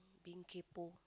being kaypo